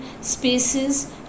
spaces